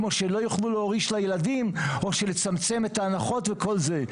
כמו שלא יוכלו להוריש לילדים או לצמצם את ההנחות וכל זה.